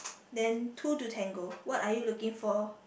then two to tango what are you looking for